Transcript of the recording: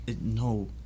no